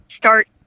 start